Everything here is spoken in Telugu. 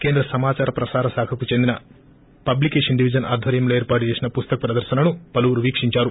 కేంద్ర సమాదార ప్రశార శాఖకు చెందిన పబ్లికేషన్ డివిజన్ ఆధ్వర్యంలో ఏర్పాటు చేసిన పుస్తక ప్రదర్నను పలువురు వీక్షించారు